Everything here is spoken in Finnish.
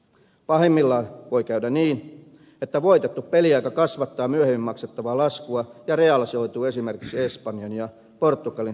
pahimmillaan voi käydä niin että voitettu peliaika kasvattaa myöhemmin maksettavaa laskua ja realisoituu esimerkiksi espanjan ja portugalin taloustilanteen myötä